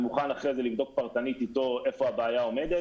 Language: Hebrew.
אני מוכן לבדוק פרטנית איפה הבעיה עומדת.